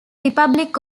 republic